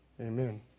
Amen